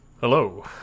hello